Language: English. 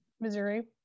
Missouri